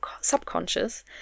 subconscious